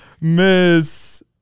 Miss